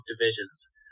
divisions